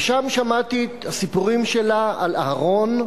ושם שמעתי את הסיפורים שלה על אהרן,